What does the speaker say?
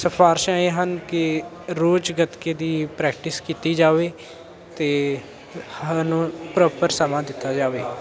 ਸਿਫ਼ਾਰਿਸ਼ਾਂ ਇਹ ਹਨ ਕਿ ਰੋਜ਼ ਗਤਕੇ ਦੀ ਪ੍ਰੈਕਟਿਸ ਕੀਤੀ ਜਾਵੇ ਅਤੇ ਸਾਨੂੰ ਪ੍ਰੋਪਰ ਸਮਾਂ ਦਿੱਤਾ ਜਾਵੇ